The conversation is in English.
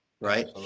right